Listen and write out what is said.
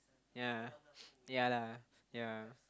ya ya lah ya